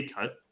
cut